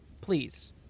please